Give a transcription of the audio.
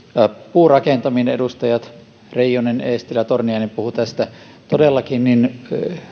edustajat reijonen eestilä torniainen puhuivat puurakentamisesta todellakin